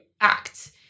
act